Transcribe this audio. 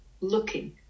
looking